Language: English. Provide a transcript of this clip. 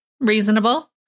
Reasonable